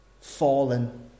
fallen